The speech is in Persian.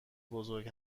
بزرگ